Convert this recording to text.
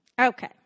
Okay